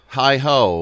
hi-ho